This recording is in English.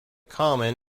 common